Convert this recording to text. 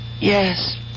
Yes